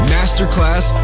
Masterclass